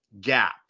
gap